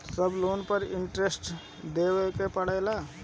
सब लोन पर इन्टरेस्ट देवे के पड़ेला?